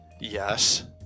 yes